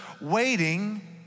waiting